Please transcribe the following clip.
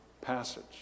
passage